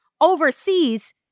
overseas